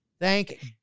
thank